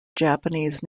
japanese